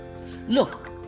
Look